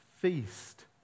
feast